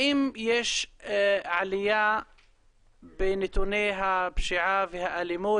האם יש עלייה בנתוני הפשיעה והאלימות,